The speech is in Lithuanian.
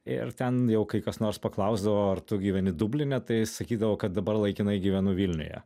ir ten jau kai kas nors paklausdavo ar tu gyveni dubline tai sakydavau kad dabar laikinai gyvenu vilniuje